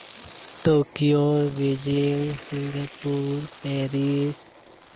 Tokyo Beijing Singapore Paris